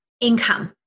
income